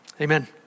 Amen